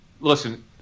listen